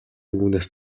үүнээс